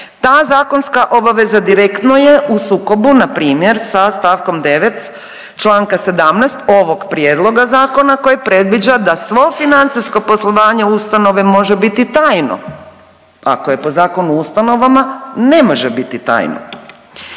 Ta zakonska obaveza direktno je u sukobu, npr. sa st. 9 čl. 7 ovog prijedloga zakona koji predviđa da svo financijsko poslovanje ustanove može biti tajno, ako je po Zakonu o ustanovama ne može biti tajno.